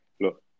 Look